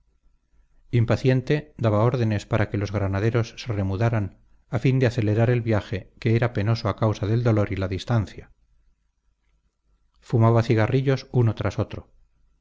impaciente daba órdenes para que los granaderos se remudaran a fin de acelerar el viaje que era penoso a causa del calor y la distancia fumaba cigarrillos uno tras otro